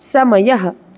समयः